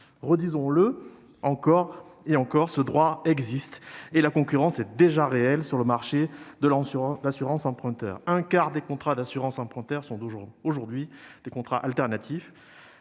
Disons-le encore, ce droit existe, et la concurrence est déjà réelle sur le marché de l'assurance emprunteur. Un quart des contrats d'assurance emprunteur sont aujourd'hui des contrats alternatifs,